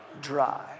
Dry